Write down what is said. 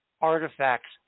Artifacts